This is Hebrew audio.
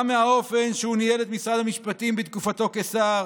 גם מהאופן שהוא ניהל את משרד המשפטים בתקופתו כשר,